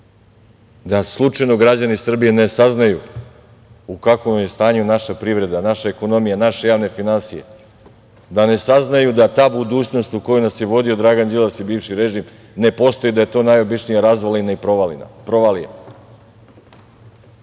da slučajno građani Srbije ne saznaju u kakvom je stanju naša privreda, naša ekonomija, naše javne finansije da ne saznaju da ta budućnost u koju nas je vodio Dragan Đilas i bivši režim ne postoji, da je to najobičnija razvalina i provalija.I